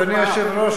על התופעה.